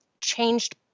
changed